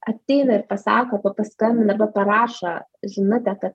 ateina ir pasako arba paskambina arba parašo žinutę kad